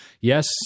Yes